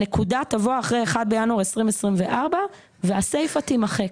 הנקודה תבוא אחרי 1 בינואר 2024 והסיפה תימחק.